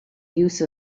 use